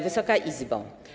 Wysoka Izbo!